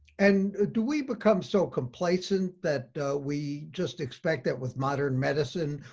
and ah do we become so complacent that we just expect that with modern medicine,